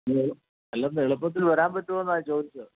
hello അല്ല ഒന്ന് എളുപ്പത്തിൽ വരാൻ പറ്റുമോ എന്നാ ഞാൻ ചോദിച്ചത്